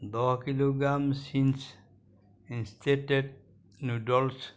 দহ কিলোগ্রাম চিংছ ইনষ্টেণ্ট